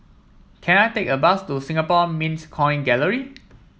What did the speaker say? can I take a bus to Singapore Mint Coin Gallery